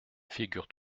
figure